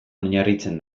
oinarritzen